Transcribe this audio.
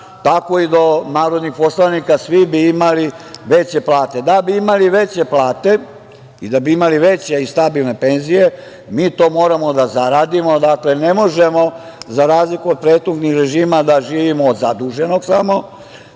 tako i do narodnih poslanika. Svi bi imali veće plate. Da bi imali veće plate i da bi imali veće i stabilne penzije, mi to moramo da zaradimo. Ne možemo, za razliku od prethodnih režima, da živimo od zaduženog samo,